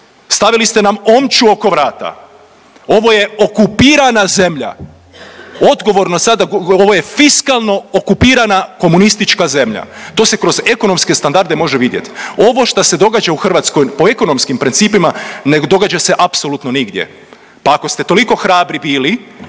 stavili ste nam omču oko vrata. Ovo je okupirana zemlja. Odgovorno sada, ovo je fiskalno okupirana komunistička zemlja. To se kroz ekonomske standarde može vidjeti. Ovo šta se događa u Hrvatsko po ekonomskim principima ne događa se apsolutno nigdje, pa ako ste toliko hrabri bili